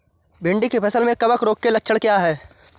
भिंडी की फसल में कवक रोग के लक्षण क्या है?